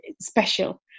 special